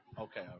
Okay